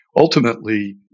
ultimately